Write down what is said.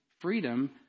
Freedom